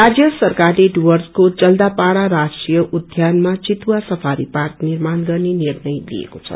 राज्य सरकारले डुर्वसको जलदापाड़ा राष्ट्रिय उध्यानमा चितुवाको निम्ति सफारी पार्क निर्माण गर्ने निर्णय लिएको छ